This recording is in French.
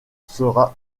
sera